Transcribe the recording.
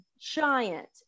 giant